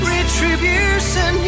Retribution